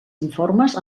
informes